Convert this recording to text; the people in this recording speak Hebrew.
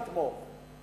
נתמוך.